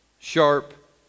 sharp